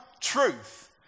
truth